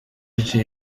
ije